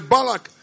Balak